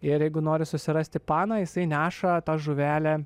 ir jeigu nori susirasti paną jisai neša tą žuvelę